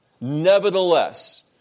Nevertheless